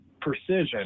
precision